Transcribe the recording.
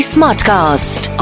Smartcast